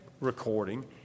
recording